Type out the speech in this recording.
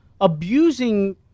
Abusing